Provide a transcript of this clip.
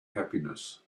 happiness